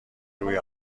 روی